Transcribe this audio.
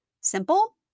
Simple